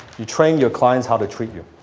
you train your clients how to treat you.